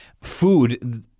food